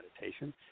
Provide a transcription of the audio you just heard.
meditation